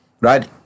right